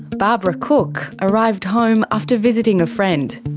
barbara cook arrived home after visiting a friend.